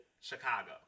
Chicago